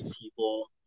people